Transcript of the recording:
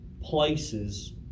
places